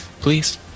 Please